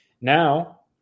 Now